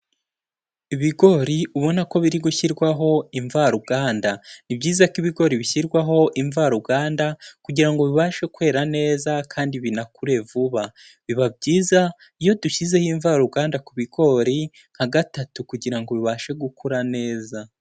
Ibigori ubona ko biri gushyirwaho imvaruganda. Ni byiza ko ibigori bishyirwaho imvaruganda kugira ngo bibashe kwera neza kandi binakure vuba, biba byiza iyo dushyizeho imvaruganda ku bigori nka gatatu kugira ngo bibashe gukura neza.